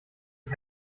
die